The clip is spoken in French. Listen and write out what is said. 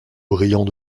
brillants